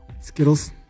Skittles